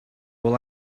will